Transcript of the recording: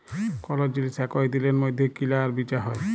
call জিলিস একই দিলের মইধ্যে কিলা আর বিচা হ্যয়